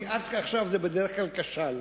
כי עד עכשיו בדרך כלל זה כשל.